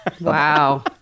Wow